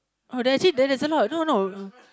oh actually there's a lot no no